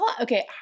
Okay